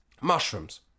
mushrooms